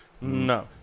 No